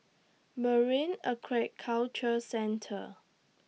Marine Aquaculture Centre